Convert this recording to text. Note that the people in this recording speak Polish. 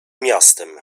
miastem